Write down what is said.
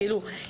כאילו,